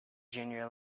junior